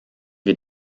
wir